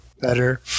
better